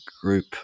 group